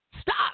Stop